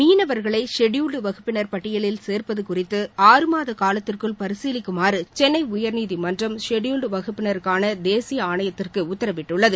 மீனவர்களை ஷெட்யூல்ட் வகுப்பினர் பட்டியலில் சேர்ப்பது குறித்து ஆறுமாத காலத்திற்குள் பரிசீலிக்குமாறு சென்னை உயர்நீதிமன்றம் ஷெட்யூல்ட் வகுப்பினருக்கான தேசிய ஆணையத்திற்கு உத்தரவிட்டுள்ளது